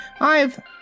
I've—